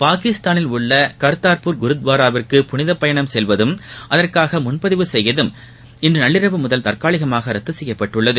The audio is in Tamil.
பாகிஸ்தானில் உள்ள கர்த்தார்பூர் குருத்வாராவிற்கு புனித பயணம் செல்வதும் அதற்காக முன்பதிவு செய்வதும் இன்று நள்ளிரவு முதல் தற்காலிகமாக ரத்து செய்யப்பட்டுள்ளது